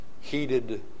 heated